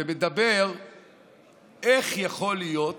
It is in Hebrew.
ומדבר איך יכול להיות